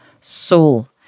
soul